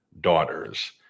daughters